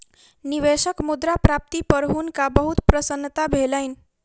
निवेशक मुद्रा प्राप्ति पर हुनका बहुत प्रसन्नता भेलैन